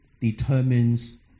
determines